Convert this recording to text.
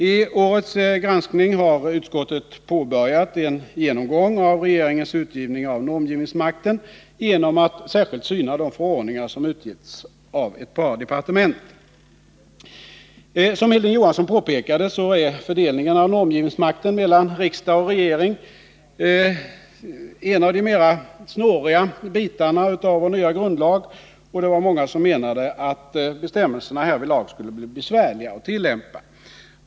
I årets granskning har utskottet påbörjat en genomgång av regeringens utövning av normgivningsmakten genom att särskilt syna de förordningar som har utgetts av ett par departement. Som Hilding Johansson påpekade är fördelningen av normgivningsmakten mellan riksdag och regering en av de snårigare bitarna av vår nya grundlag, och det var många som menade att bestämmelserna härvidlag skulle bli besvärliga att tillämpa.